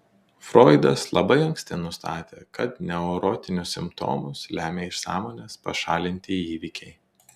froidas labai anksti nustatė kad neurotinius simptomus lemia iš sąmonės pašalinti įvykiai